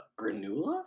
Granula